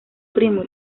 primo